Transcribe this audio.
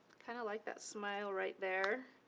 kind of like that smile right there.